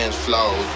flow